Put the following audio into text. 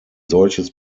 solches